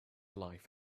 life